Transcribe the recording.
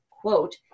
quote